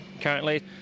currently